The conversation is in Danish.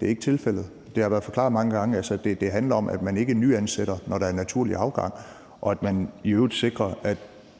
Det er ikke tilfældet, og det har været forklaret mange gange. Altså, det handler om, at man ikke nyansætter, når der er naturlig afgang, og at man i øvrigt sikrer, at